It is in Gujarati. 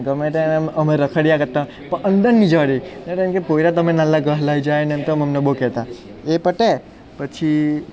ગમે તેમ અમે રખડ્યા કરતા પણ અંદર નહીં જવા દે તે કેમકે પોયળા તમે નલ્લા ગસડાઈ જાય અમને બહુ કહેતા એ પતે પછી